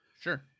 Sure